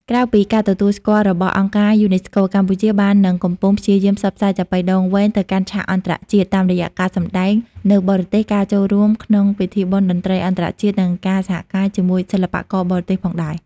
ក្រៅពីការទទួលស្គាល់របស់ អង្គការ UNESCO កម្ពុជាបាននឹងកំពុងព្យាយាមផ្សព្វផ្សាយចាប៉ីដងវែងទៅកាន់ឆាកអន្តរជាតិ តាមរយៈការសម្តែងនៅបរទេស ការចូលរួមក្នុងពិធីបុណ្យតន្ត្រីអន្តរជាតិ និងការសហការជាមួយសិល្បករបរទេសផងដែរ។